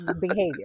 behavior